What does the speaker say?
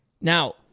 Now